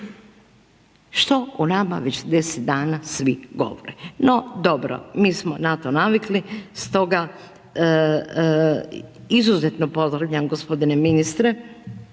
Što o nama već 10 dana svi govore? No dobro, mi smo na to navikli stoga izuzetno pozdravljam gospodine ministre